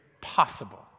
possible